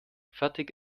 fertig